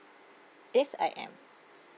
yes I am